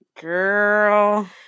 girl